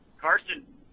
Carson